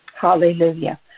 Hallelujah